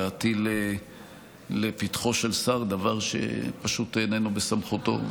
להטיל לפתחו של שר דבר שפשוט איננו בסמכותו.